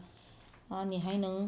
ah 你还能